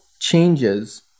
changes